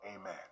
Amen